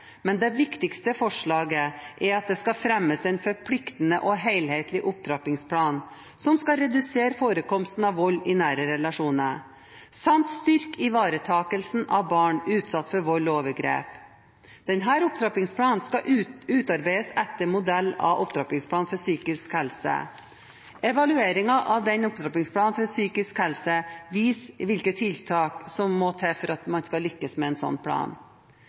men det viktigste forslaget er at det skal fremmes en forpliktende og helhetlig opptrappingsplan som skal redusere forekomsten av vold i nære relasjoner samt styrke ivaretakelsen av barn utsatt for vold og overgrep. Denne opptrappingsplanen skal utarbeides etter modell av Opptrappingsplanen for psykisk helse. Evaluering av Opptrappingsplanen for psykisk helse viser hvilke tiltak som må til for at man skal lykkes med en slik plan.